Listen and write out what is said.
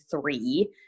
three